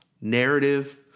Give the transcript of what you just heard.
narrative